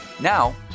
Now